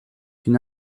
une